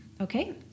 Okay